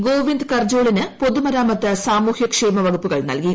ഗോവിന്ദ് കർജോളിന് പൊതുമരാമത്ത് സാമൂഹ്യക്ഷേമ വകുപ്പുകൾ നൽകി